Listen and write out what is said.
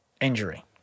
injury